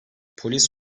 polis